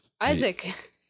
Isaac